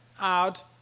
out